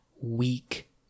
weak